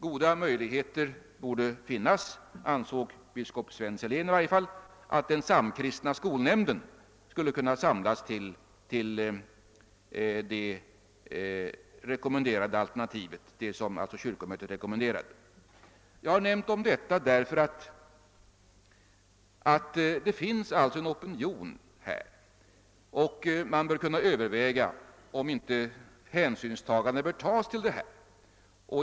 Goda möjligheter borde finnas, det ansåg i varje fall biskop Sven Silén, att den Samkristna skolnämnden skulle kunna samlas kring det av kyrkomötet rekommenderade alternativet. Jag har tagit upp detta därför att det alltså finns en opinion på detta område, och man bör kunna överväga om inte hänsyn bör tas till den.